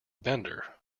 bender